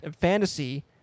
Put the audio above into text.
fantasy